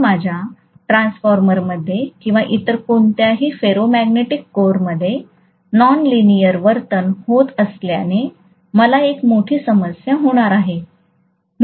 तर माझ्या ट्रान्सफॉर्मरमध्ये किंवा इतर कोणत्याही फेरोमॅग्नेटिक कोरमध्ये नॉनलिनीयर वर्तन होत असल्याने मला एक मोठी समस्या होणार आहे